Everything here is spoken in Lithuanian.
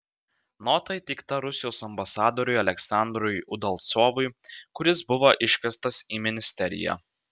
nota įteikta rusijos ambasadoriui aleksandrui udalcovui kuris buvo iškviestas į ministeriją